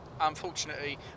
unfortunately